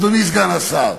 אדוני סגן השר,